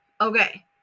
okay